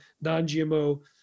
non-GMO